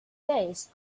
days